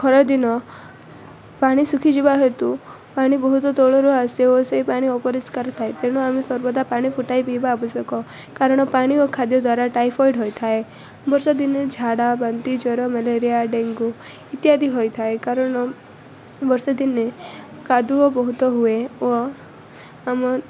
ଖରାଦିନ ପାଣି ଶୁଖିଯିବା ହେତୁ ପାଣି ବହୁତ ତଳରୁ ଆସେ ଓ ସେଇ ପାଣି ଅପରିଷ୍କାର ଥାଏ ତେଣୁ ଆମେ ସର୍ବଦା ପାଣି ଫୁଟେଇ ପିଇବା ଆବଶ୍ୟକ କାରଣ ପାଣି ଓ ଖାଦ୍ୟ ଦ୍ୱାରା ଟାଇଫଏଡ୍ ହୋଇଥାଏ ବର୍ଷା ଦିନେ ଝାଡ଼ା ବାନ୍ତି ଜର ମ୍ୟାଲେରିଆ ଡେଙ୍ଗୁ ଇତ୍ୟାଦି ହୋଇଥାଏ କାରଣ ବର୍ଷା ଦିନେ କାଦୁଅ ବହୁତ ହୁଏ ଓ ଆମ